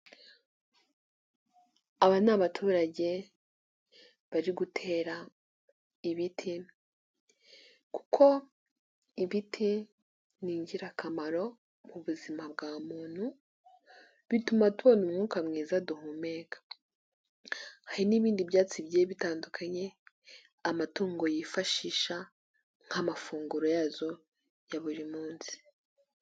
Aba ni abaturage bari gutera ibiti kuko ibiti ni ingirakamaro mu buzima bwa muntu bituma tubona umwuka mwiza duhumeka, hari n'ibindi byatsi bigiye bitandukanye amatungo yifashisha nk'amafunguro yazo ya buri munsi.